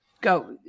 go